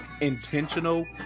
intentional